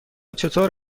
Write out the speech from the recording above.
چطور